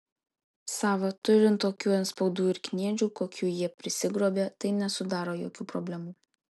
sava turint tokių antspaudų ir kniedžių kokių jie prisigrobė tai nesudaro jokių problemų